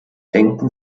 denken